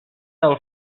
del